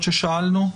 ב-3.